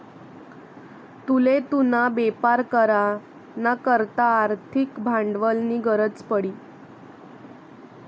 तुले तुना बेपार करा ना करता आर्थिक भांडवलनी गरज पडी